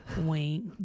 Wink